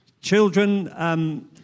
Children